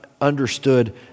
understood